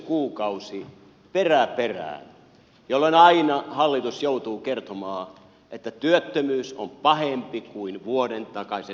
kuukausi perä perää jolloin aina hallitus joutuu kertomaan että työttömyys on pahempi kuin vuoden takaisessa tilanteessa